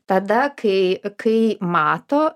tada kai kai mato